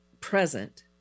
present